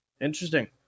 Interesting